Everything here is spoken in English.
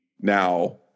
now